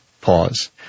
Pause